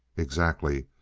exactly.